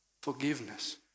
forgiveness